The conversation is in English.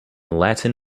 latin